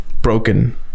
broken